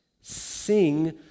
Sing